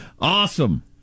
Awesome